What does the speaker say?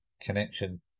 connection